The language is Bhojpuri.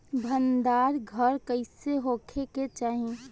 भंडार घर कईसे होखे के चाही?